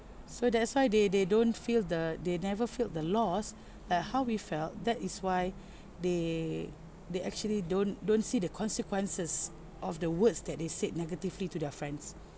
so that's why they they don't feel the they never feel the loss like how we felt that is why they they actually don't don't see the consequences of the words that they said negatively to their friends